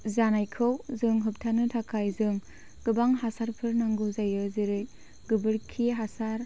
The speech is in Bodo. जानायखौ जों होबथानो थाखाय जों गोबां हासारफोर नांगौ जायो जेरै गोबोरखि हासार